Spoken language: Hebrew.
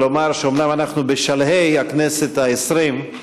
ואומר שאומנם אנחנו בשלהי הכנסת העשרים,